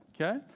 okay